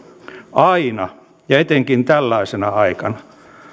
aina ja etenkin tällaisena aikana